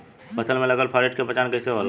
फसल में लगल फारेस्ट के पहचान कइसे होला?